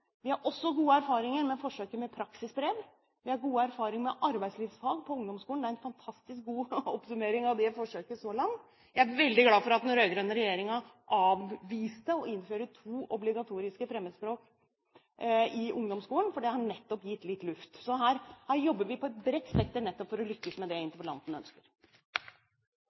Vi har også gode erfaringer med forsøket med praksisbrev. Vi har gode erfaringer med arbeidslivsfag på ungdomsskolen. Det er en fantastisk god oppsummering av det forsøket så langt. Jeg er veldig glad for at den rød-grønne regjeringen avviste å innføre to obligatoriske fremmedspråk i ungdomsskolen, for det har nettopp gitt litt luft. Så her jobber vi i et bredt spekter nettopp for å lykkes med det interpellanten ønsker.